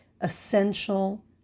essential